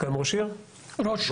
ראש